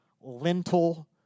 lentil